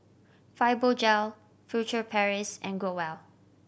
Fibogel Furtere Paris and Growell